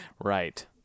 Right